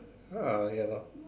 uh ya lor